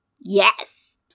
Yes